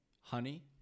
honey